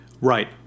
Right